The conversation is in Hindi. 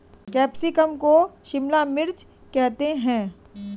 कैप्सिकम को शिमला मिर्च करते हैं